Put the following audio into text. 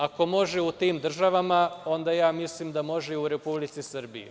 Ako može u tim državama, onda mislim da može i u Republici Srbiji.